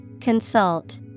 Consult